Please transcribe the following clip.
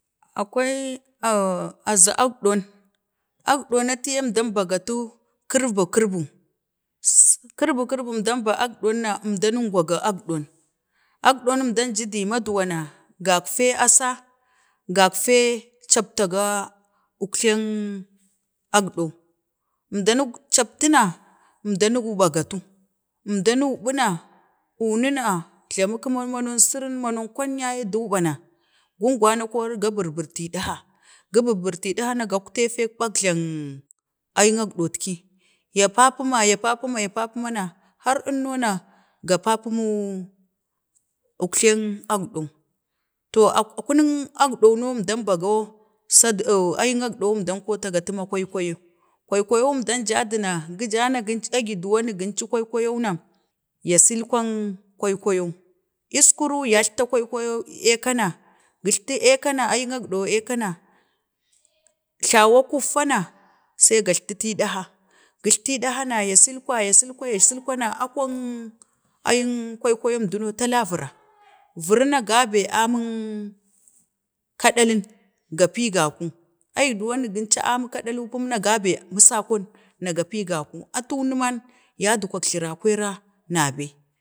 To, akwai oh, oh, azu əkɗon, əkɗon na jiye əmdan bagatu kirbu, kirbu, sup kirbu, əmdan əkdong na əmdanun gida maduwan na gagtee a saa, gagfee, capta ga ukjlang, əkdong əmdana captuna, əmdanu uɓagetu, əmdannuɓuna ununa jlamu kuma momani siri momami kwan ya ye duɓana, gungwana koro ga burburtit ɓaha, gi birbirtid ɗaha na, gatte fic ɓakjlan ayangəkɗotki, ya papuma, ya papuma, ya papuma na, har ənno na ga papuma, ukolang əkɗong to akunung əkdong non əmdan bagow sada, ayak, əkdon no əmda kotatu man kokwayo, kwaikwayu, əmdan ja na gi ja na agido wani ginen, kwaikwayo na ya silkwan kwaikwayom eskwu yajktak kwaikwayo ee kana, gijttu aka na ayang əkdong a kana, jlawo kuffana sai gajlatati eedkah, gijliti edkah na ya silkwam ya silkwa na akwana ayang kwaikwayang tala vira, viru na gabe amik aming kaɗalin, ga pii ii gaku, ai duwan gincu amin kaɗai bi ye gabe musakon na gapi ii gaku, atuunnuman yadgwak jlara kwarra na bee